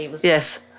Yes